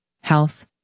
health